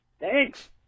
Thanks